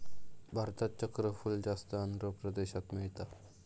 भारतात चक्रफूल जास्त आंध्र प्रदेशात मिळता